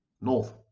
north